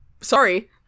Sorry